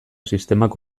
sistemak